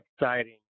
exciting